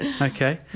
okay